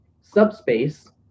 subspace